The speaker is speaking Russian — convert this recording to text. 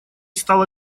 стало